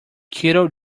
kettle